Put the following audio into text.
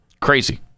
Crazy